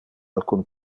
alcun